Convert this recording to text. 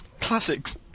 Classics